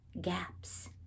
gaps